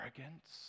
arrogance